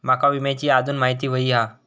माका विम्याची आजून माहिती व्हयी हा?